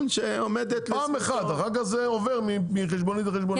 שעומדת לרשותו -- והדבר הזה עובר מחשבונית לחשבונית.